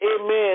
Amen